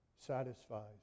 satisfies